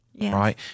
right